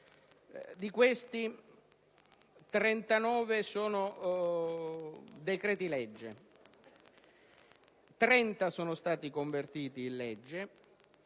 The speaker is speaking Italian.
Di questi, 39 sono decreti-legge di cui 30 sono stati convertiti in legge,